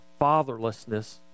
fatherlessness